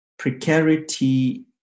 precarity